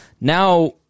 now